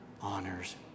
honors